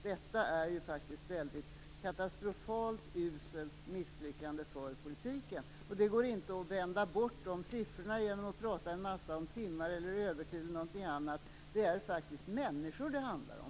Detta är faktiskt katastrofalt uselt och ett misslyckande för politiken. Det går inte att vända bort de siffrorna genom att prata en massa om timmar eller övertid. Det är faktiskt människor det handlar om.